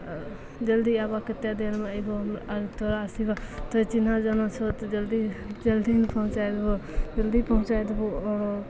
आओर जल्दी आबऽ कतेक देरमे अइबहो तोरा अथीपर तू चिन्हल जानल छहो तऽ जल्दी जल्दी ने पहुँचै देबहो जल्दी पहुँचै देबहो